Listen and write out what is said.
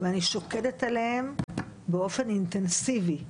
ואני שוקדת עליהם באופן אינטנסיבי.